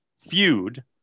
feud